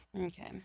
okay